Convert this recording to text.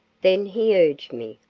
then he urged me,